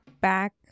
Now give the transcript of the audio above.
Back